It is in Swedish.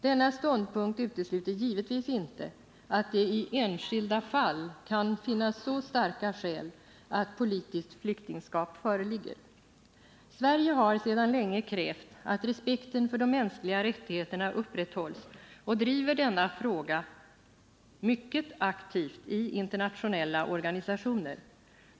Denna ståndpunkt utesluter givetvis inte att det i enskilda fall kan finnas så starka skäl att politiskt flyktingskap föreligger. Sverige har sedan länge krävt att respekten för de mänskliga rättigheterna upprätthålls och driver denna fråga mycket aktivt i internationella organisationer.